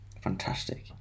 Fantastic